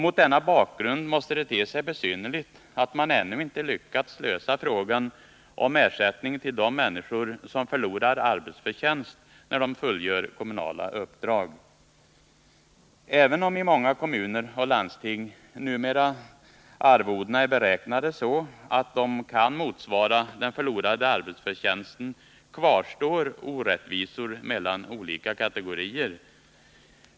Mot denna bakgrund måste det te sig besynnerligt att man ännu inte har lyckats lösa frågan om ersättning till de människor som förlorar arbetsförtjänst när de fullgör kommunala uppdrag. Även om i många kommuner och landsting arvodena numera är beräknade så att de kan motsvara den förlorade arbetsförtjänsten, kvarstår orättvisor mellan olika kategorier.